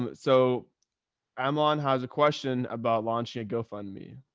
so i'm on, how's a question about launching a go-fund me.